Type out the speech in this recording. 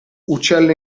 uccello